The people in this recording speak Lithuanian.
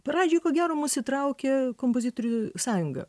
pradžioj ko gero mus įtraukė kompozitorių sąjunga